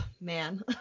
man